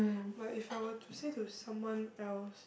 but if I were to say to someone else